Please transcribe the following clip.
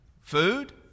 Food